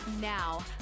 Now